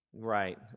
Right